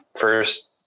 first